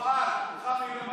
תספר לנו מה זה,